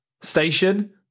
station